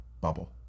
bubble